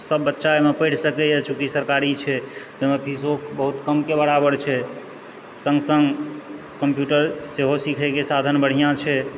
सभ बच्चा ओहिमे पढ़ि सकैए चूँकि सरकारी छै तऽ ओहिमे फीसो बहुत कमके बराबर छै सङ्ग सङ्ग कम्प्यूटर सेहो सीखैके साधन बढ़िआँ छै